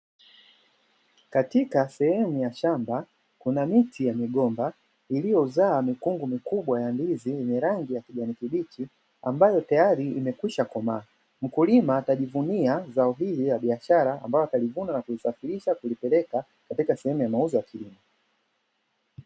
Katika sehemu ya shamba kuna miti ya migomba iliyozaa mikungu mikubwa ya ndizi na rangi ya kijani kibichi ambayo tayari imekwisha komaa. Mkulima atajivunia zao hili la biashara ambao atalivuna na kulisafirisha kulipeleka katika sehemu ya mauzo ya kilimo.